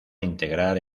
integrar